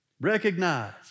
Recognize